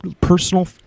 personal